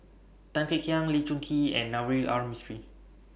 Tan Kek Hiang Lee Choon Kee and Navroji R Mistri